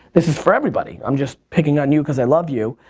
this is for everybody, i'm just picking on you cause i love you,